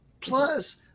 Plus